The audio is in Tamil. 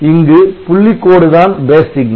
இங்கு புள்ளிக் கோடு தான் Base Signal